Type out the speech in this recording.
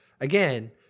Again